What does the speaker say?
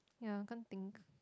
yeah I can't think